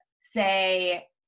say